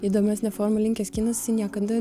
įdomesne forma linkęs kinas jisai niekada